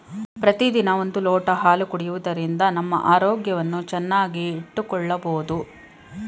ಪ್ರತಿದಿನ ಒಂದು ಲೋಟ ಹಾಲು ಕುಡಿಯುವುದರಿಂದ ನಮ್ಮ ಆರೋಗ್ಯವನ್ನು ಚೆನ್ನಾಗಿ ಇಟ್ಟುಕೊಳ್ಳಬೋದು